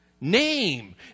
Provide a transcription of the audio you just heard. Name